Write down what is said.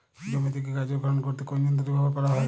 জমি থেকে গাজর খনন করতে কোন যন্ত্রটি ব্যবহার করা হয়?